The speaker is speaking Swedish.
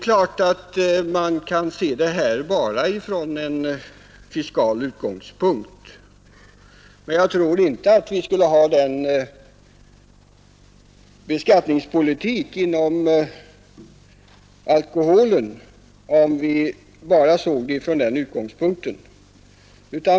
Man kan givetvis se det hela enbart från fiskal synpunkt, men jag tror inte att vi skulle ha den skattepolitik vi har när det gäller alkoholen om vi bara hade den utgångspunkten.